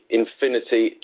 infinity